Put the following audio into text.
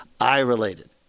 I-related